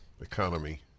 economy